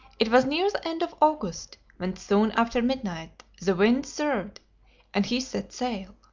it was near the end of august, when soon after midnight the wind served and he set sail.